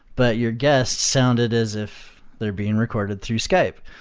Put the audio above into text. but your guest sounded as if they're being recorded through skype,